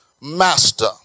Master